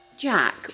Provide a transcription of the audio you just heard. Jack